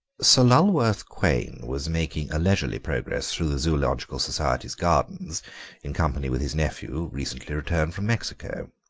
sir lulworth quayne was making a leisurely progress through the zoological society's gardens in company with his nephew, recently returned from mexico.